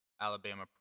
Alabama